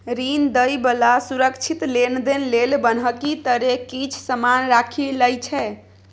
ऋण दइ बला सुरक्षित लेनदेन लेल बन्हकी तरे किछ समान राखि लइ छै